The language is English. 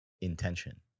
intention